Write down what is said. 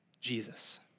Jesus